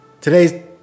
Today's